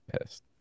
pissed